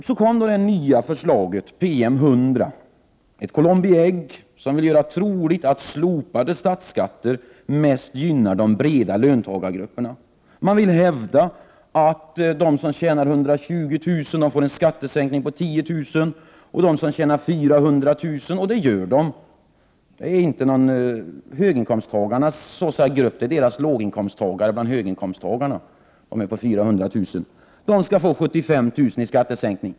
Så kom det nya förslaget, PM 100, ett Columbi ägg som vill göra troligt att slopade statsskatter mest gynnar de breda löntagargrupperna. De som tjänar 120 000 kr. får en skattesänkning på 10 000 kr. De som tjänar 400 000 kr. — det tjänar låginkomsttagarna bland höginkomsttagarna — får 75 000 kr. i skattesänkning.